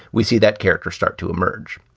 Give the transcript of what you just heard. we see that character start to emerge.